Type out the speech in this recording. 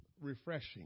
refreshing